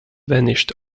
vanished